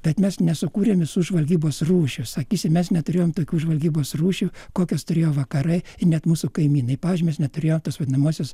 bet mes nesukūrėm visų žvalgybos rūšių sakysim mes neturėjom tokių žvalgybos rūšių kokias turėjo vakarai net mūsų kaimynai pavyzdžiui mes neturėjom tos vadinamosios